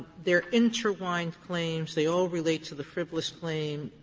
they're intertwined claims, they all relate to the frivolous claim,